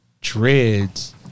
dreads